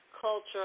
culture